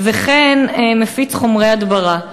וכן מפיץ חומרי הדברה.